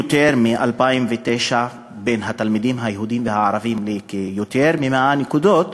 שמ-2009 הוא גדול ביותר מ-100 נקודות,